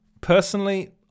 Personally